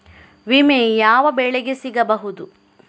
ವಿಮೆ ಯಾವ ಬೆಳೆಗೆ ಸಿಗಬಹುದು?